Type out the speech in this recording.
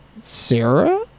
sarah